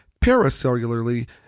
paracellularly